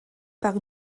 par